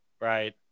Right